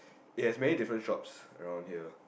it has many different shops around here